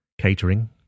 catering